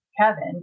Kevin